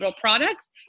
products